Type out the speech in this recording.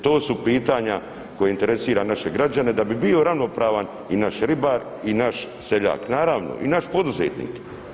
To su pitanja koja interesiraju naše građane da bi bio ravnopravan i naš ribar i naš seljak naravno i naš poduzetnik.